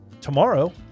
tomorrow